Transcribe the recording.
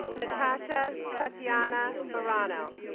natasha tatyana baranow